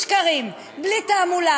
ואל תיסוגו אחור.